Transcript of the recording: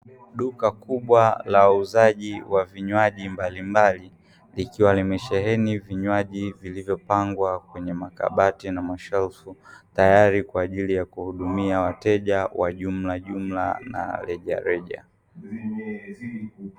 Duka kubwa la uuzaji wa vinywaji mbalimbali likiwa limesheheni vinywaji vilivyopangwa kwenye makabati na mashelfu, tayari kwa ajili ya kuhudumia wateja wa jumla jumla na rejareja.